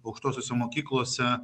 aukštosiose mokyklose